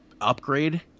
upgrade